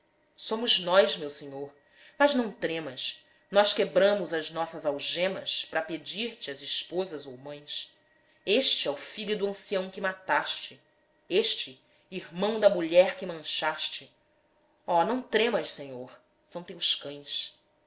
somos nós meu senhor mas não tremas nós quebramos as nossas algemas pra pedir-te as esposas ou mães este é o filho do ancião que mataste este irmão da mulher que manchaste oh não tremas senhor são teus cães